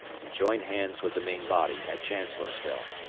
and join hands with the main body at chancellorsville.